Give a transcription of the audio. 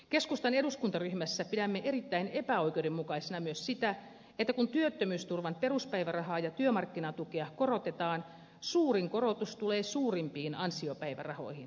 keskustan eduskuntaryhmässä pidämme erittäin epäoikeudenmukaisena myös sitä että kun työttömyysturvan peruspäivärahaa ja työmarkkinatukea korotetaan suurin korotus tulee suurimpiin ansiopäivärahoihin